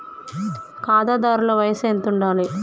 ఖాతాదారుల వయసు ఎంతుండాలి?